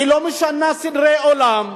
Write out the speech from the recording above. היא לא משנה סדרי עולם,